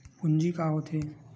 पूंजी का होथे?